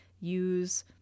use